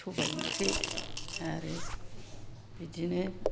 सबाइ ओंख्रि आरो बिदिनो